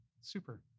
Super